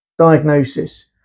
Diagnosis